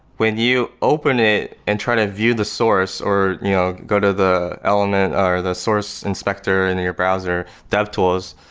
when you open it and try to view the source, or you know go to the element or the source inspector in your browser dev tools,